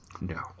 No